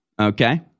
Okay